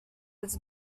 its